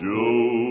Joe